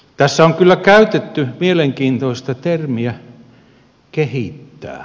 tässä on kyllä käytetty mielenkiintoista termiä kehittää